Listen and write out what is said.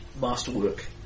masterwork